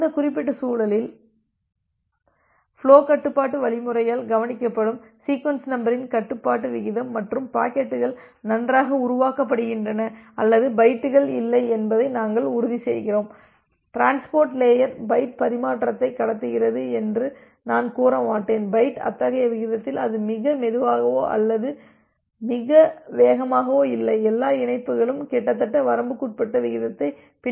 அந்த குறிப்பிட்ட சூழலில் ஃபுலோ கட்டுப்பாட்டு வழிமுறையால் கவனிக்கப்படும் சீக்வென்ஸ் நம்பரின் கட்டுப்பாட்டு விகிதம் மற்றும் பாக்கெட்டுகள் நன்றாக உருவாக்கப்படுகின்றன அல்லது பைட்டுகள் இல்லை என்பதை நாங்கள் உறுதிசெய்கிறோம் டிரான்ஸ்போர்ட் லேயர் பைட் பரிமாற்றத்தை கடத்துகிறது என்று நான் கூற மாட்டேன் பைட் அத்தகைய விகிதத்தில் அது மிக மெதுவாகவோ அல்லது மிக வேகமாகவோ இல்லை எல்லா இணைப்புகளும் கிட்டத்தட்ட வரம்புக்குட்பட்ட விகிதத்தைப் பின்பற்றுகின்றன